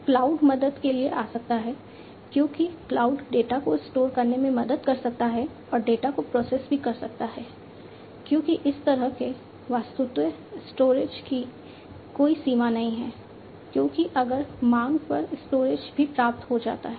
cloud मदद के लिए आ सकता है क्योंकि क्लाउड डेटा को स्टोर करने में मदद कर सकता है और डेटा को प्रोसेस भी कर सकता है क्योंकि इस तरह के वस्तुतः स्टोरेज की कोई सीमा नहीं है क्योंकि अगर मांग पर स्टोरेज भी प्राप्त हो जाता है